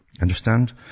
Understand